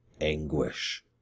anguish